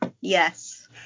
Yes